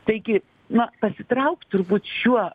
taigi na pasitraukt turbūt šiuo